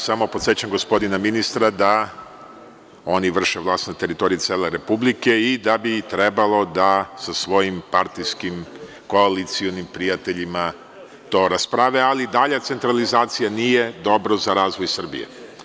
Samo podsećam gospodina ministra da oni vrše vlast na teritoriji cele Republike i da bi trebalo sa svojim partijskim, koalicionim prijateljima da to rasprave, ali dalja centralizacija nije dobra za razvoj Srbije.